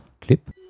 Clip